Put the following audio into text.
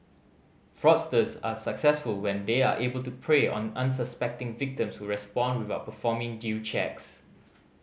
fraudsters are successful when they are able to prey on unsuspecting victims who respond without performing due checks